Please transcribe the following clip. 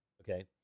Okay